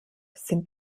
sind